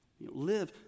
live